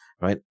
right